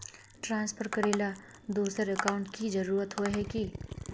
Transfer करेला दोसर account की जरुरत होय है की?